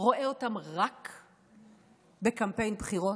רואה אותם רק בקמפיין בחירות,